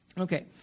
Okay